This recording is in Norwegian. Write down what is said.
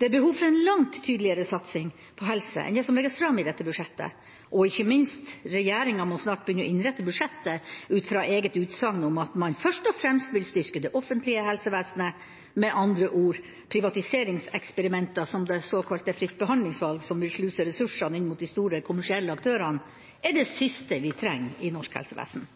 Det er behov for en langt tydeligere satsing på helse enn det som legges fram i dette budsjettet. Og ikke minst, regjeringa må snart begynne å innrette budsjettet ut fra eget utsagn om at man først og fremst vil styrke det offentlige helsevesenet. Med andre ord: Privatiseringseksperimenter som «fritt behandlingsvalg», som vil sluse ressursene inn mot de store kommersielle aktørene, er det siste vi trenger i norsk helsevesen.